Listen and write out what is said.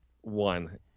one